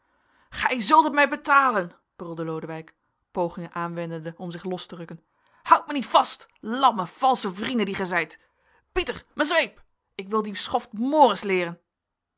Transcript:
gij zult het mij betalen brulde lodewijk pogingen aanwendende om zich los te rukken houdt mij niet vast lamme valsche vrienden die gij zijt pieter mijn zweep ik wil dien schoft mores leeren